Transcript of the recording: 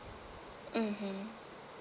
mmhmm